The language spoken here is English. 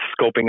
scoping